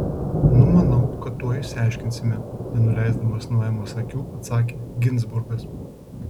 numanau kad tuoj išsiaiškinsime nenuleisdamas nuo emos akių atsakė ginzburgas